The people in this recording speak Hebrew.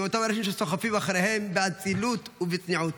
מאותם אנשים שסוחפים אחריהם באצילות ובצניעות.